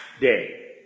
day